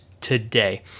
today